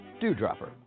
Dewdropper